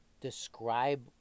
describe